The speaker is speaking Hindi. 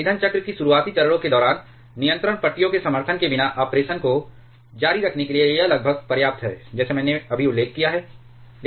ईंधन चक्र के शुरुआती चरणों के दौरान नियंत्रण पट्टियों के समर्थन के बिना ऑपरेशन को जारी रखने के लिए यह लगभग पर्याप्त है जैसे मैंने अभी उल्लेख किया है